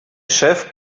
chef